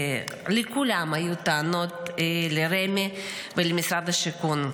לכולם היו טענות לרמ"י ולמשרד השיכון.